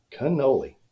Cannoli